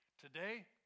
Today